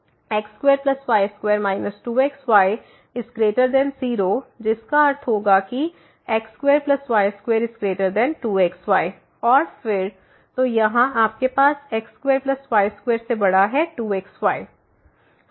x2y2 2xy0 जिसका अर्थ होगा कि यह x2y22xy और फिर तो यहां आपके पास x2y2 से बड़ा है 2xy